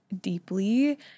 deeply